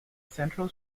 central